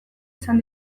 izan